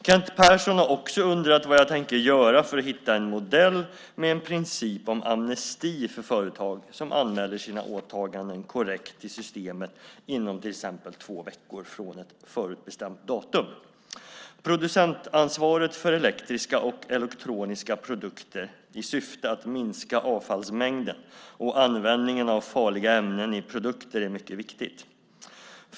Kent Persson har också undrat vad jag tänker göra för att hitta en modell med en princip om "amnesti" för företag som anmäler sina åtaganden korrekt till systemet inom till exempel två veckor från ett förutbestämt datum. Producentansvaret för elektriska och elektroniska produkter i syfte att minska avfallsmängden och användningen av farliga ämnen i produkter är mycket viktigt.